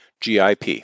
GIP